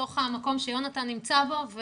לתוך המקום שיונתן נמצא בו.